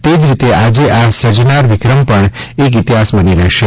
તે જ રીતે આજે આ સર્જાનાર વિક્રમ પણ એક ઇતિહાસ બનીને રહેશે